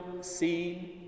seen